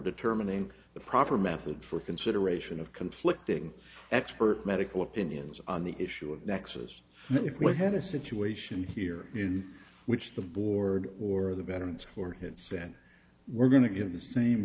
determining the proper method for consideration of conflicting expert medical opinions on the issue of nexus if we have a situation here in which the board or the betterments or hits then we're going to give the same